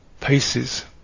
paces